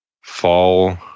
fall